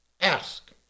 ask